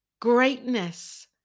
Greatness